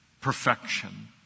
perfection